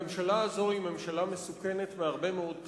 הממשלה הזאת היא ממשלה מסוכנת מהרבה מאוד בחינות,